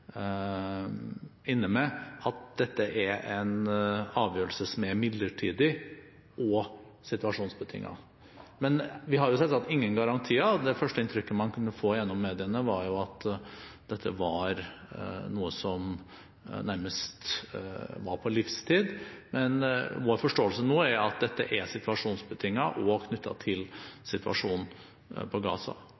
inne med nå, at dette er en avgjørelse som er midlertidig og situasjonsbetinget. Men vi har jo selvsagt ingen garantier. Det første inntrykket man kunne få gjennom mediene, var at dette var noe som nærmest var på livstid, men vår forståelse nå er at dette er situasjonsbetinget og knyttet til